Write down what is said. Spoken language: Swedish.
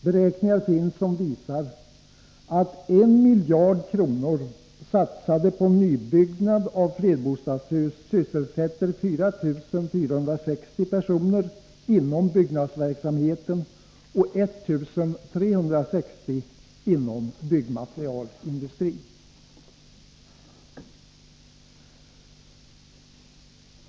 Beräkningar finns som visar att en miljard kronor, satsade på nybyggnad av flerbostadshus, sysselsätter 4 460 personer inom byggnadsverksamheten och 1 360 inom byggmaterialsindustrin.